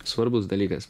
svarbus dalykas